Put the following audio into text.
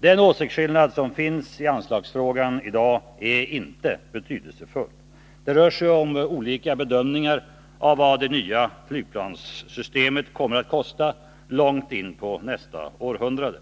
Den åsiktsskillnad som finns i anslagsfrågan är inte betydelsefull. Det rör sig om olika bedömningar av vad det nya flygplanssystemet kommer att kosta långt in på nästa århundrade.